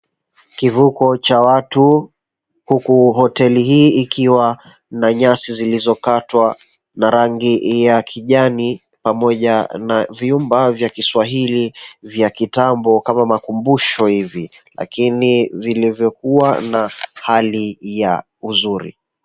Kivuko cha watu huku hoteli hii imejaa nyasi zilizokatwa na rangi ya kijani pamoja na vyumba vya Kiswahili vya kitambo kama makumbusho hivi lakini vilivyokuwa na hali ya uzuri.